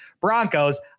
Broncos